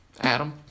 Adam